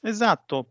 Esatto